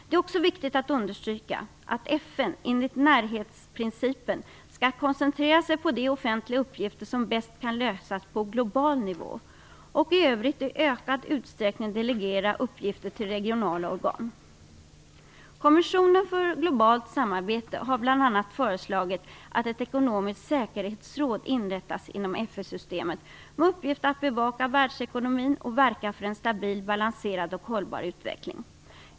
Det är också viktigt att understryka att FN enligt närhetsprincipen skall koncentrera sig på de offentliga uppgifter som bäst kan lösas på global nivå och i övrigt i ökad utsträckning delegera uppgifter till regionala organ. Kommissionen för globalt samarbete har bl.a. föreslagit att ett ekonomiskt säkerhetsråd inrättas inom FN-systemet med uppgift att bevaka världsekonomin och verka för en stabil, balanserad och hållbar utveckling.